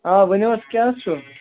آ ؤنِو حظ کیٛاہ حظ چھُ